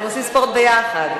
45 דקות,